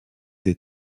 des